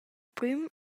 prüm